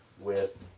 with,